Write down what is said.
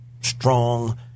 strong